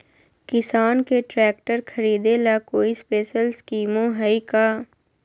किसान के ट्रैक्टर खरीदे ला कोई स्पेशल स्कीमो हइ का?